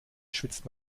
schwitzt